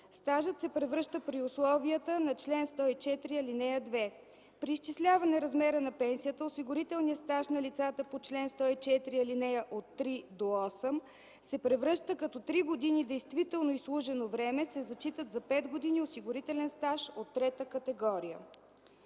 стажът се превръща при условията на чл. 104, ал. 2. При изчисляване размера на пенсията осигурителният стаж на лицата по чл. 104, ал. 3-8 се превръща, като три години действително изслужено време се зачитат за пет години осигурителен стаж от трета категория”.